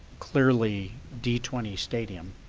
clearly d twenty stadium